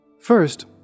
First